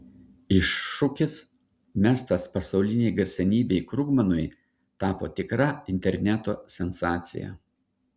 iššūkis mestas pasaulinei garsenybei krugmanui tapo tikra interneto sensacija